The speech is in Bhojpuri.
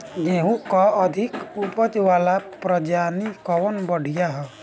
गेहूँ क अधिक ऊपज वाली प्रजाति कवन बढ़ियां ह?